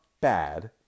bad